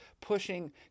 pushing